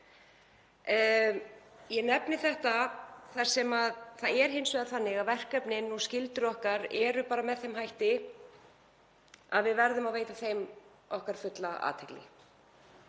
Ég nefni þetta þar sem það er þannig að verkefni og skyldur okkar eru bara með þeim hætti að við verðum að veita þeim fulla athygli